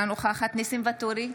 אינה נוכחת ניסים ואטורי,